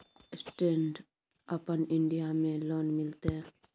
Stand up India में loan मिलते?